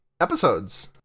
Episodes